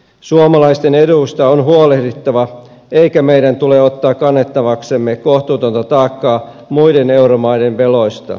suomalaisten eduista on huolehdittava eikä meidän tule ottaa kannettavaksemme kohtuutonta taakkaa muiden euromaiden veloista